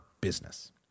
business